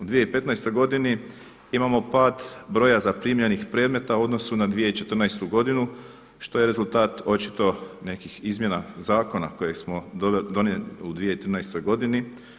U 2015. godini imamo pad broja zaprimljenih predmeta u odnosu na 2014. godinu što je rezultat očito nekih izmjena zakona koje smo donijeli u 2013. godini.